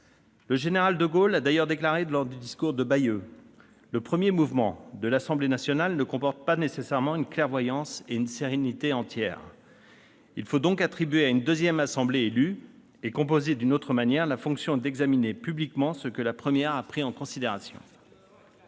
Le général de Gaulle a d'ailleurs déclaré lors du discours de Bayeux que « le premier mouvement- de l'Assemblée nationale -ne comporte pas nécessairement une clairvoyance et une sérénité entières. Il faut donc attribuer à une deuxième assemblée élue et composée d'une autre manière la fonction d'examiner publiquement ce que la première a pris en considération ».